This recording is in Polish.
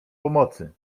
pomocy